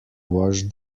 wash